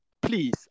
please